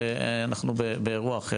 אנחנו באירוע אחר.